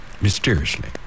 mysteriously